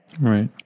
Right